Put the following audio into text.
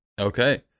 Okay